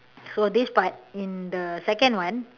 so this part in the second one